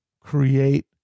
create